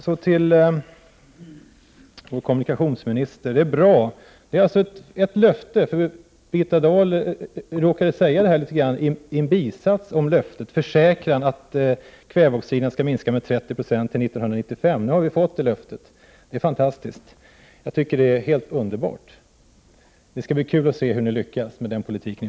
Så till kommunikationsministern. Det är bra att Birgitta Dahl i en bisats råkat avge en försäkran om att kväveoxiderna skall minskas med 30 9o till 1995. Nu har vi alltså fått det löftet och det är fantastiskt. Ja, det är helt underbart. Det skall bli kul att se hur ni lyckas med er politik.